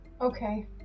okay